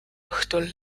õhtul